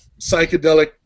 psychedelic